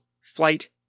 Flight